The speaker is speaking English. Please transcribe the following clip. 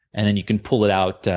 and then, you can pull it out.